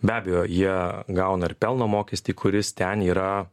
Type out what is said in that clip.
be abejo jie gauna ir pelno mokestį kuris ten yra